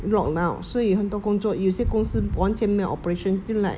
lockdown 所以很多工作有些公司完全没有 operation 就 like